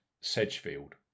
Sedgefield